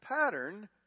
pattern